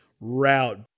route